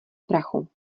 prachu